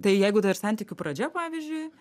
tai jeigu dar santykių pradžia pavyzdžiui